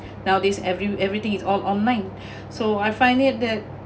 nowadays every everything is all online so I find it that